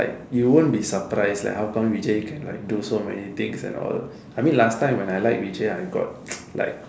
like you won't be surprised like how come Vijay can like do so many things and all I mean last time when I like Vijay I got like